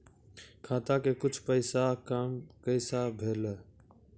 खाता के कुछ पैसा काम कैसा भेलौ?